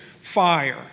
fire